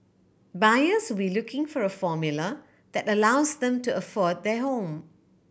buyers will looking for a formula that allows them to afford their home